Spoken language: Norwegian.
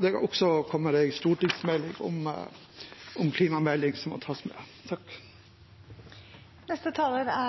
Det har også kommet en stortingsmelding, klimameldingen, som må tas med. Jeg bruker